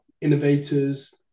innovators